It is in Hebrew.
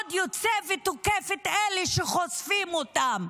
ועוד יוצא ותוקף את אלה שחושפים אותם.